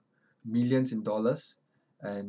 millions in dollars and